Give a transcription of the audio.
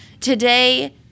Today